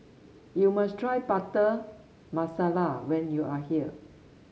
you must try Butter Masala when you are here